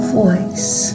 voice